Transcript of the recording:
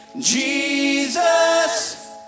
Jesus